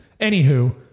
Anywho